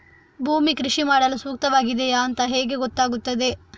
ಭೂಮಿ ಕೃಷಿ ಮಾಡಲು ಸೂಕ್ತವಾಗಿದೆಯಾ ಅಂತ ಹೇಗೆ ಗೊತ್ತಾಗುತ್ತದೆ?